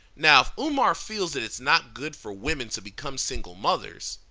now, if umar feels that it's not good for women to become single mothers,